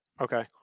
Okay